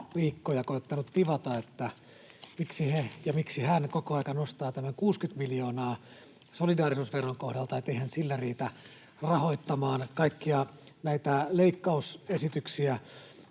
viikkoja koettanut tivata, miksi hän koko ajan nostaa tämän 60 miljoonaa solidaarisuusveron kohdalta, että eihän se riitä rahoittamaan kaikkia näitä leikkausesityksiä,